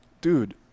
dude